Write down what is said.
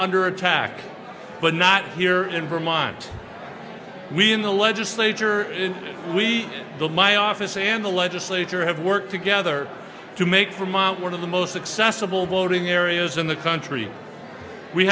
under attack but not here in vermont we in the legislature we built my office and the legislature have worked together to make from up one of the most accessible voting areas in the country we